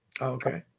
Okay